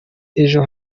ejo